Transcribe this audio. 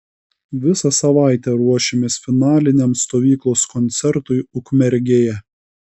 visą savaitę ruošėmės finaliniam stovyklos koncertui ukmergėje